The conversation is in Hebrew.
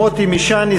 מוטי משעני,